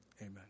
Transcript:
Amen